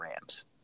Rams